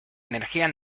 energía